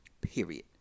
Period